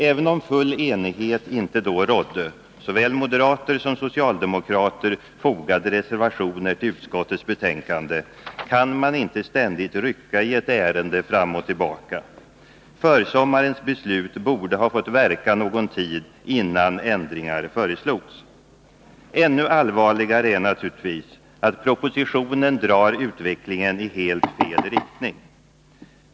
Även om full enighet inte då rådde — såväl moderater som socialdemokrater fogade reservationer till utskottets betänkande — kan man inte ständigt rycka i ett ärende fram och tillbaka. Försommarens beslut borde ha fått verka någon tid innan ändringar föreslogs. Ännu allvarligare är naturligtvis att propositionen drar utvecklingen i helt fel riktning.